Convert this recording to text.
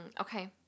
Okay